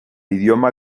idioma